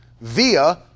via